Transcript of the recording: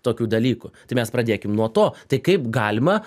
tokių dalykų tai mes pradėkim nuo to tai kaip galima